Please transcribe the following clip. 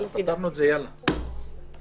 יש